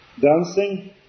dancing